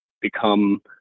become